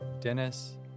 Dennis